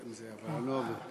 שר.